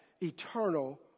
eternal